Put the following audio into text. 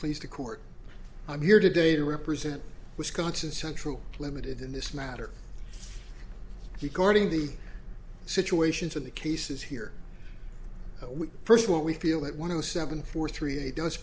pleased the court i'm here today to represent wisconsin central limited in this matter guarding the situation to the cases here we first what we feel that one of the seven four three eight does